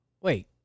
Wait